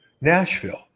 Nashville